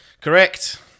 Correct